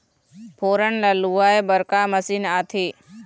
फोरन ला लुआय बर का मशीन आथे?